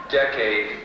decade